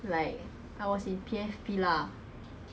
for like years eh like consecutively